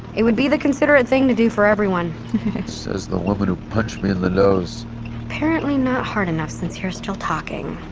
it would be the considerate thing to do for everyone says the woman who punched me in the nose apparently not hard enough since you're still talking